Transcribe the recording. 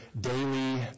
daily